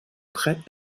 trait